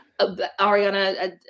Ariana